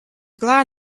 glad